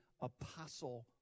apostle